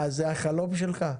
זה החלום שלך?